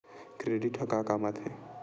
Credit ह का काम आथे?